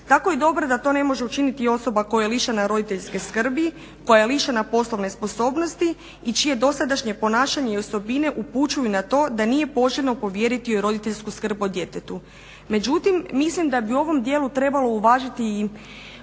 Tako je dobro da to ne može učiniti osoba koja je lišena roditeljske skrbi, koja je lišena poslovne sposobnosti i čije dosadašnje ponašanje i osobine upućuju na to da nije poželjno povjeriti joj roditeljsku skrb o djetetu. Međutim, mislim da bi u ovom dijelu trebalo uvažiti i